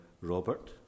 Robert